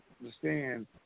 understand